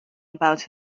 about